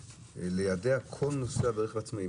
ליידע כל נוסע ברכב עצמאי.